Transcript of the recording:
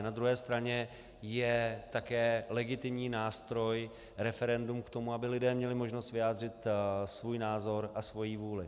Na druhé straně je také legitimní nástroj referendum k tomu, aby lidé měli možnost vyjádřit svůj názor a svoji vůli.